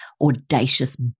audacious